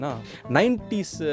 90s